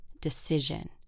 decision